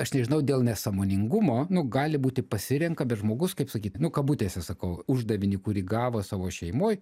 aš nežinau dėl nesąmoningumo nu gali būti pasirenka bet žmogus kaip sakyt nu kabutėse sakau uždavinį kurį gavo savo šeimoj